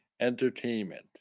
entertainment